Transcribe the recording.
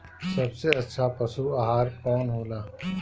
सबसे अच्छा पशु आहार कवन हो ला?